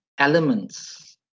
Elements